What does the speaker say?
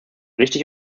richtig